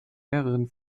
mehreren